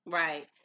right